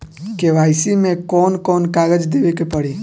KYC मे कौन कौन कागज देवे के पड़ी?